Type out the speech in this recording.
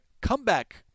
comeback